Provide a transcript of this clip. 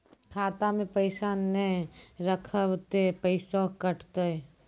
खाता मे पैसा ने रखब ते पैसों कटते?